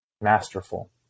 masterful